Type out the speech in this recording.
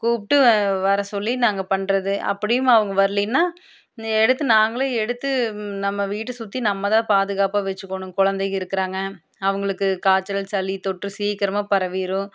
கூப்பிட்டு வர சொல்லி நாங்கள் பண்ணுறது அப்படியும் அவங்க வர்லேன்னா எடுத்து நாங்களே எடுத்து நம்ம வீட்டை சுற்றி நம்ம தான் பாதுகாப்பாக வச்சுக்கணும் குழந்தைக இருக்கிறாங்க அவங்களுக்கு காய்ச்சல் சளி தொற்று சீக்கிரமாக பரவிடும்